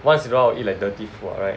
once you know how you eat like dirty food right